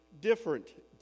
different